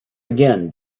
again